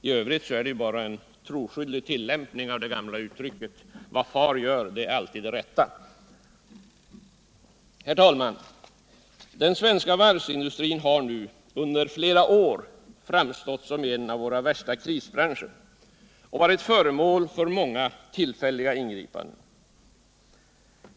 I övrigt är det bara en troskyldig tillämpning av det gamla uttrycket Vad far gör är alltid det rätta. Herr talman! Den svenska varvsindustrin har nu under flera år framstått som en av våra värsta krisbranscher och varit föremål för många tillfälliga ingripanden.